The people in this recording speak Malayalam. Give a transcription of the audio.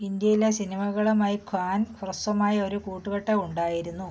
ഇന്ത്യയിലെ സിനിമകളുമായി ഖാൻ ഹ്രസ്വമായ ഒരു കൂട്ടുകെട്ട് ഉണ്ടായിരുന്നു